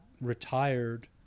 retired